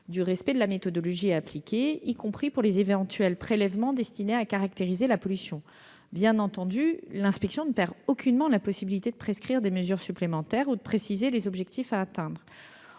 du respect de la méthodologie appliquée, y compris pour les éventuels prélèvements destinés à caractériser la pollution. Bien entendu, l'inspection ne perd aucunement la possibilité de prescrire des mesures supplémentaires ou de préciser les objectifs à atteindre.